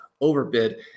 overbid